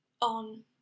on